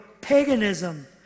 paganism